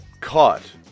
caught